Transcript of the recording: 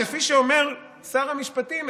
כפי שאומר שר המשפטים,